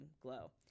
glow